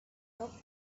top